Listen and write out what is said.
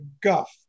guff